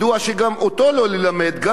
מדוע שלא נלמד גם עליו?